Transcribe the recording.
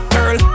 Girl